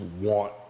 want